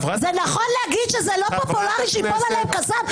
זה נכון להגיד שזה לא פופולרי שייפול עליהם קסאם?